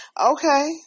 Okay